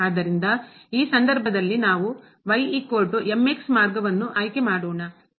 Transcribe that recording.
ಆದ್ದರಿಂದ ಈ ಸಂದರ್ಭದಲ್ಲಿ ನಾವು ಮಾರ್ಗವನ್ನುಆಯ್ಕೆ ಮಾಡೋಣ